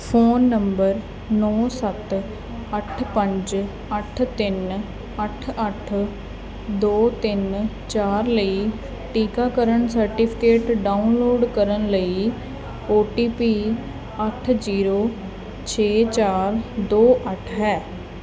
phone number ਨੌਂ ਸੱਤ ਅੱਠ ਪੰਜ ਅੱਠ ਤਿੰਨ ਅੱਠ ਅੱਠ ਦੋ ਤਿੰਨ ਚਾਰ ਲਈ ਟੀਕਾਕਰਨ ਸਰਟੀਫਿਕੇਟ ਡਾਊਨਲੋਡ ਕਰਨ ਲਈ ਔ ਟੀ ਪੀ ਅੱਠ ਜ਼ੀਰੋ ਛੇ ਚਾਰ ਦੋ ਅੱਠ ਹੈ